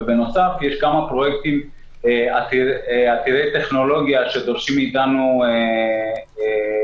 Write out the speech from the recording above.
ובנוסף יש כמה פרויקטים עתירי טכנולוגיה שדורשים מאתנו היערכות.